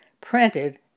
printed